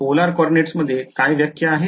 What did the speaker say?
याची polar coordinates मध्ये काय व्याख्या आहे